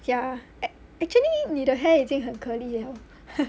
ya ac~ actually 你的 hair 已经很 curly liao eh